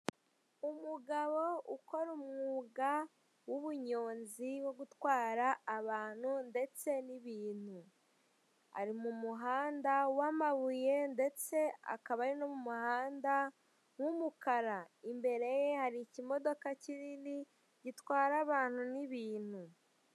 Umugabo ukora umwuga w'ubunyonzi wo gutwara abantu ndetse n'ibintu. Ari mu muhanda w'amabuye ndetse akaba ari n'umuhanda w'umukara, imbere ye hari ikimodoka kinini gitwara abantu n'ibintu.